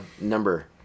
number